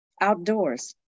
outdoors